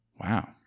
wow